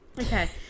Okay